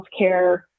healthcare